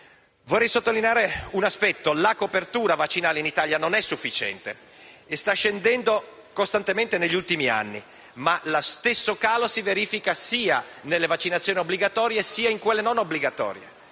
Vorrei sottolineare un aspetto; la copertura vaccinale in Italia non è sufficiente e sta scendendo costantemente negli ultimi anni; lo stesso calo si verifica sia nelle vaccinazioni obbligatorie sia in quelle non obbligatorie.